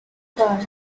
bar